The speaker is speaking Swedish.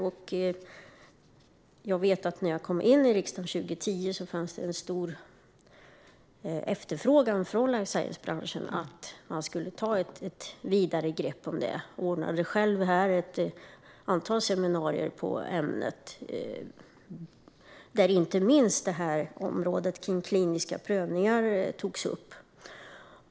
När jag kom in i riksdagen 2010 fanns det en stor efterfrågan från life science-branschen på att ett vidare grepp skulle tas om detta. Jag ordnade själv ett antal seminarier i ämnet här, där inte minst frågan om kliniska prövningar togs upp.